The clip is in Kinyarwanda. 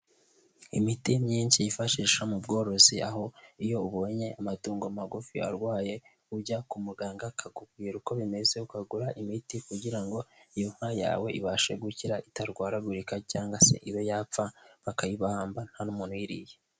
Imiti myinshi yifashisha mu bworozi, aho iyo ubonye amatungo magufi arwaye ujya ku muganga akakubwira uko bimeze ukagura imiti kugira ngo iyo nka yawe ibashe gukira itarwaragurika cyangwa se ibe yapfa bakayihamba nta n'umuntu uyiriye.